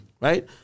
right